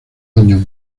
años